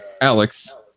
Alex